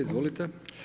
Izvolite.